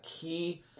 key